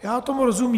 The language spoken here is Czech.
Já tomu rozumím.